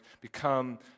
become